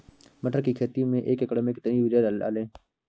मटर की खेती में एक एकड़ में कितनी यूरिया डालें?